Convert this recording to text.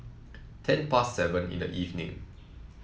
ten past seven in the evening